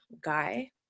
guy